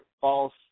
false